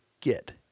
get